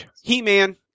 He-Man